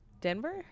Denver